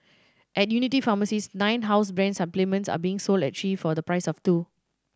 at Unity pharmacies nine house brand supplements are being sold at three for the price of two